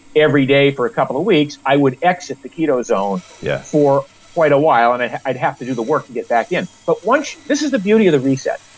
every day for a couple of weeks, i would exit the keto zone yeah for quite a while. and and i'd have to do the work to get back in, but once. this is the beauty of the reset.